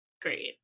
Great